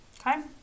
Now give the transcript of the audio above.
Okay